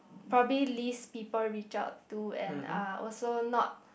probably least people reach out to and are also not